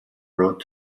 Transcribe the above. wrote